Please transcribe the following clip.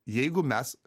jeigu mes